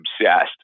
obsessed